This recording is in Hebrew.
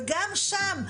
גם שם,